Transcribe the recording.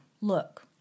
Look